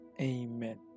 Amen